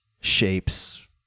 shapes